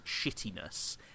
shittiness